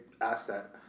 asset